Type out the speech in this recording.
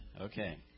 Okay